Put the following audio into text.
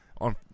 on